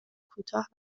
کوتاه